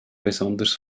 besonders